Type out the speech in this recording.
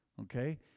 okay